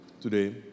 today